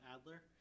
Adler